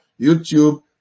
YouTube